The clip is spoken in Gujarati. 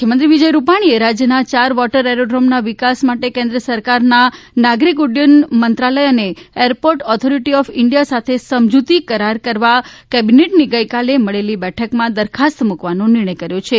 મુખ્યમંત્રી વિજય રૂપાણીએ રાજ્યમાં ચાર વોટર એરોડ્રોમના વિકાસ માટે કેન્દ્ર સરકારના નાગરિક ઉદ્દયન મંત્રાલય અને એરપોર્ટ ઓથોરિટી ઓફ ઇન્ડિયા સાથે સમજૂતી કરાર કરવા કેબિનેટની ગઇકાલે મળેલી બેઠકમાં દરખાસ્ત મૂકવાનો નિર્ણય કર્યો છે